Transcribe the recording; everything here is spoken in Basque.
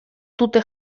dute